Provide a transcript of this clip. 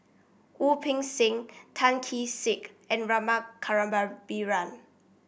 Wu Peng Seng Tan Kee Sek and Rama